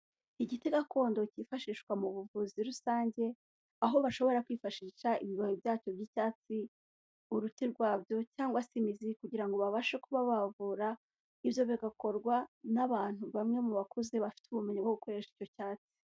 Igiti gakondo cyifashishwa mu buvuzi rusange, aho bashobora kwifashisha ibibabi byacyo by'icyatsi, uruti rwabyo cyangwa se imizi kugira ngo babashe kuba bavura, ibyo bigakorwa n'abantu bamwe mu bakuze bafite ubumenyi bwo gukoresha icyo cyatsi.